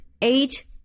eight